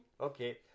Okay